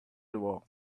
war